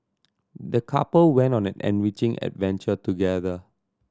the couple went on an enriching adventure together